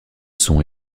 son